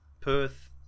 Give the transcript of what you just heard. Perth